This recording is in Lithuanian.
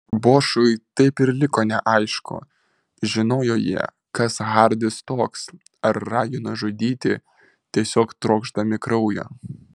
bošui taip ir liko neaišku žinojo jie kas hardis toks ar ragino žudyti tiesiog trokšdami kraujo